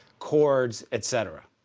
chords, etc.